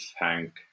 thank